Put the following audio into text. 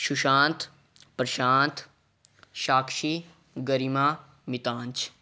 Sushant Prashant Sakshi Garima Mitanj